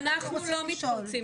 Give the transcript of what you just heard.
מתפרצים, אנחנו לא מתפרצים.